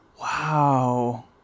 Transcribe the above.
Wow